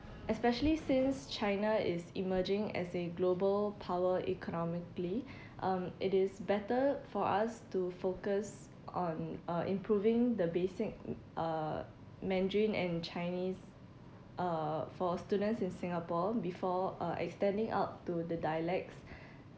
especially since china is emerging as a global power economically um it is better for us to focus on uh improving the basic uh mandarin and chinese uh for students in singapore before uh extending out to the dialects